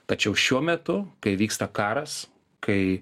tačiau šiuo metu kai vyksta karas kai